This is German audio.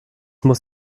muss